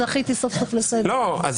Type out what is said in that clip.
סוף סוף זכיתי לקריאה לסדר.